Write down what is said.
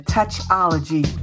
Touchology